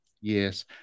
Yes